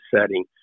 setting